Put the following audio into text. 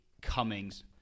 Cummings